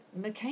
McCain